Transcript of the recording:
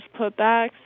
putbacks